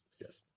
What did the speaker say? yes